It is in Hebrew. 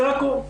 זה הכול.